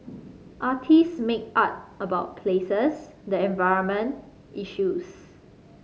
artists make art about places the environment issues